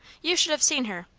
you should have seen her.